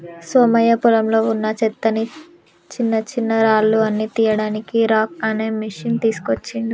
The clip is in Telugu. సోమయ్య పొలంలో వున్నా చెత్తని చిన్నచిన్నరాళ్లు అన్ని తీయడానికి రాక్ అనే మెషిన్ తీస్కోచిండు